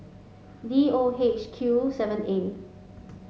D O H Q seven A